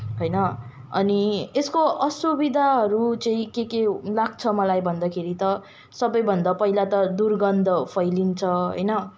होइन अनि यसको असुविधाहरू चाहिँ के के लाग्छ मलाई भन्दाखेरि त सबैभन्दा पहिला त दुर्गन्ध फैलिन्छ होइन